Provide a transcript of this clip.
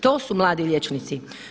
To su mladi liječnici.